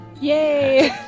yay